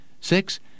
Six